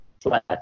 flat